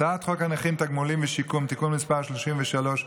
הצעת חוק הנכים (תגמולים ושיקום) (תיקון מס' 33),